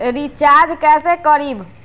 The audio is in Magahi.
रिचाज कैसे करीब?